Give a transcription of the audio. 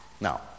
Now